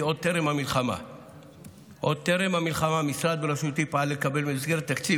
כי עוד לפני המלחמה המשרד בראשותי פעל לקבל במסגרת תקציב